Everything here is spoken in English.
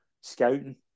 scouting